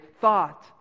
thought